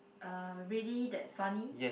uh really that funny